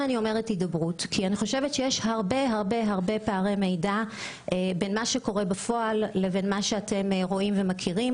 יש הרבה פערי מידע בין מה שקורה בפועל לבין מה שאתם מכירים.